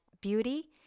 beauty